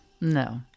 No